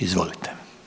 Izvolite.